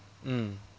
mm